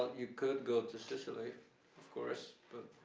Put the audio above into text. you could go to sicily of course but.